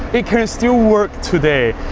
it can still work today.